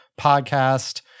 podcast